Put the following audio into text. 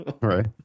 right